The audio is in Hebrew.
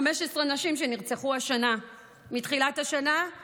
אבל האי-אמון זה בזה שבכלל השרים הרלוונטיים לא מוכנים להתייצב.